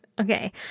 okay